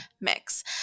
mix